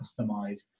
customize